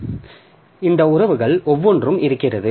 மேலும் இந்த உறவுகள் ஒவ்வொன்றும் இருக்கிறது